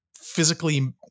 Physically